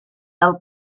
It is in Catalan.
del